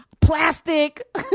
plastic